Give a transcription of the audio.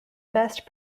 best